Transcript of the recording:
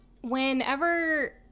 whenever